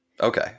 Okay